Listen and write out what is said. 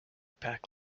packed